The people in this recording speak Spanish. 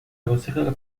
aconseja